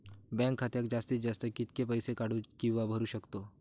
Bank खात्यात जास्तीत जास्त कितके पैसे काढू किव्हा भरू शकतो?